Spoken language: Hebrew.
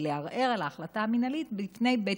ולערער על ההחלטה המינהלית בפני בית